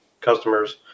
customers